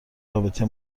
رابطه